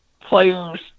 player's